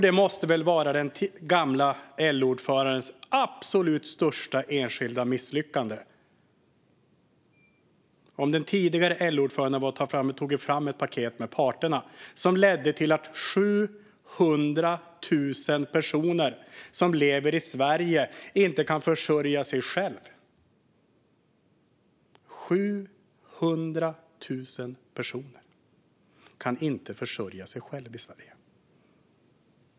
Det måste väl vara den tidigare LO-ordförandens absolut största enskilda misslyckande att han tillsammans med parterna tog fram ett paket som ledde till att 700 000 personer som lever i Sverige inte kan försörja sig själva.